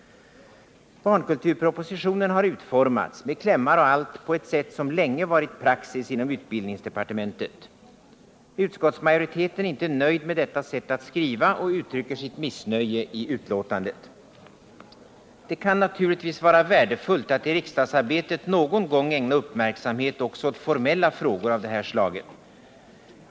Barnkulturpropositionen har utformats —- med klämmar och allt — på ett sätt som länge varit praxis inom utbildningsdepartementet. Utskottsmajoriteten är inte nöjd med detta sätt att skriva och uttrycker sitt missnöje i utskottsbetänkandet. Det kan naturligtvis vara värdefullt att i riksdagsarbetet någon gång ägna uppmärksamhet också åt formella frågor av det här slaget.